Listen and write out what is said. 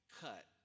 cut